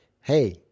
hey